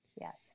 Yes